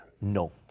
No